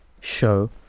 show